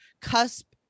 cusp